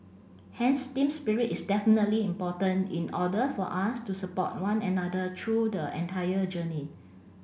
hence team spirit is definitely important in order for us to support one another through the entire journey